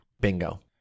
bingo